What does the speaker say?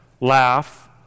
laugh